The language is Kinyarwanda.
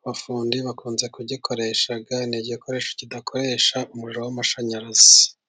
abafundi bakunze kugikoresha, ni igikoresho kidakoresha umuriro w'amashanyarazi.